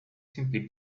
simply